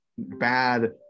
bad